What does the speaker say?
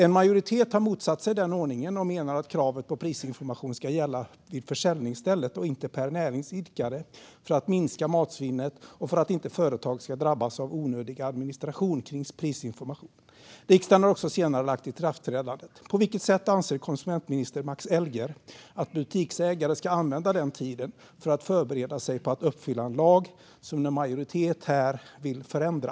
En majoritet har motsatt sig den ordningen och menar att kravet på prisinformation ska gälla vid försäljningsstället och inte per näringsidkare för att minska matsvinnet och för att inte företag ska drabbas av onödig administration för prisinformation. Riksdagen har också senarelagt ikraftträdandet. På vilket sätt anser konsumentminister Max Elger att butiksägare ska använda den tiden för att förbereda sig på att uppfylla kraven i en lag som en majoritet vill förändra?